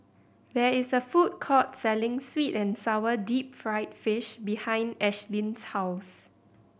there is a food court selling sweet and sour deep fried fish behind Ashlynn's house